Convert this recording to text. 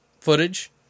footage